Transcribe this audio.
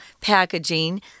packaging